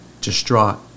distraught